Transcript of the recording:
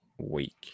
week